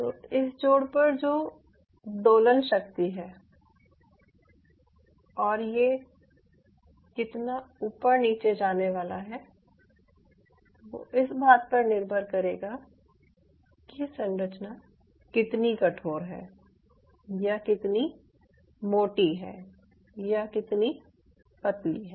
तो इस जोड़ पर जो दोलन शक्ति है और ये कितना ऊपर नीचे चलने वाला है वो इस बात पर निर्भर करेगा कि संरचना कितनी कठोर है या कितनी मोटी है या कितनी पतली है